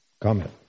Comment